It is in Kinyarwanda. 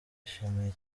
bishimiye